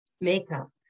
makeup